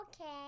Okay